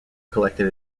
collected